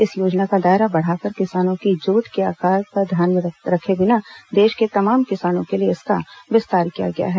इस योजना का दायरा बढ़ाकर किसानों की जोत के आकार का ध्यान रखे बिना देश के तमाम किसानों के लिए इसका विस्तार किया गया है